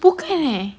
bukan eh